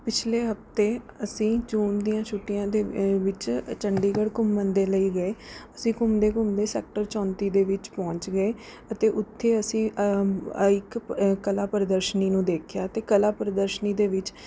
ਪਿਛਲੇ ਹਫ਼ਤੇ ਅਸੀਂ ਜੂਨ ਦੀਆਂ ਛੁੱਟੀਆਂ ਦੇ ਵਿੱਚ ਚੰਡੀਗੜ੍ਹ ਘੁੰਮਣ ਦੇ ਲਈ ਗਏ ਅਸੀਂ ਘੁੰਮਦੇ ਘੁੰਮਦੇ ਸੈਕਟਰ ਚੌਂਤੀ ਦੇ ਵਿੱਚ ਪਹੁੰਚ ਗਏ ਅਤੇ ਉੱਥੇ ਅਸੀਂ ਇੱਕ ਕਲਾ ਪ੍ਰਦਰਸ਼ਨੀ ਨੂੰ ਦੇਖਿਆ ਅਤੇ ਕਲਾ ਪ੍ਰਦਰਸ਼ਨੀ ਦੇ ਵਿੱਚ